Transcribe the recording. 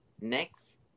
Next